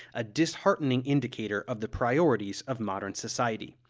a disheartening indicator of the priorities of modern society.